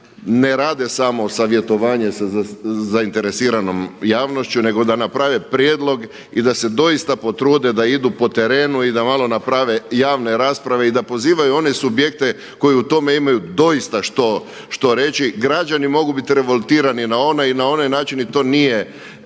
ne rade samo savjetovanje sa zainteresiranom javnošću nego da naprave prijedlog i da se doista potrude da idu po terenu i da malo naprave javne rasprave i da pozivaju one subjekte koje u tome imaju doista što reći. Građani mogu biti revoltirani na ovaj ili na onaj način i to nije,